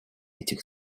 этих